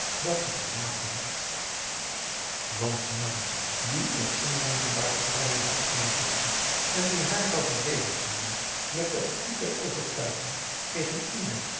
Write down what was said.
dat ze verlaten had want nanni die een onwankelbaar vertrouwen had in haar zuster en die haar zou verdedigd hebben met den gloed der overtuiging tegen ieder